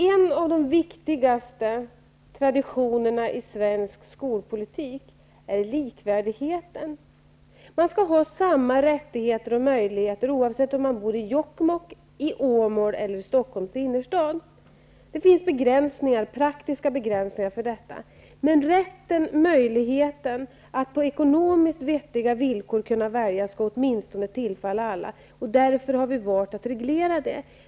En av de viktigaste traditionerna i svensk skolpolitik är likvärdigheten. Man skall ha samma rättigheter och möjligheter oavsett om man bor i Jokkmokk, Åmål eller Stockholms innerstad. Det finns praktiska begränsningar för detta. Rätten och möjligheten att på ekonomiskt vettiga villkor kunna välja skola skall åtminstone tillfalla alla. Därför har vi valt att reglera detta.